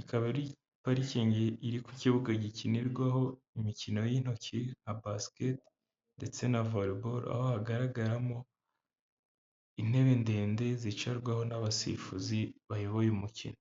ikaba ari parikingi iri ku kibuga gikinirwaho imikino y'intoki nka basikete ndetse na vore boro, aho hagaragaramo intebe ndende zicarwaho n'abasifuzi bayoboye umukino.